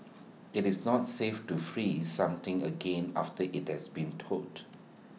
IT is not safe to freeze something again after IT has been thawed